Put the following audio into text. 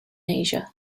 asia